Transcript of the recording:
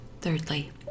Thirdly